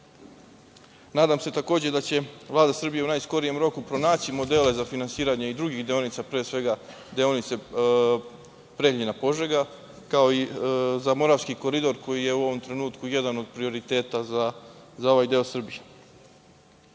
se takođe da će Vlada Srbije u najskorijem roku pronaći modele za finansiranje i drugih deonica, pre svega deonice, Preljina-Požega, kao i za Moravski koridor koji je u ovom trenutku jedna od prioriteta za ovaj deo Srbije. Danas